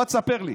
בוא, תספר לי.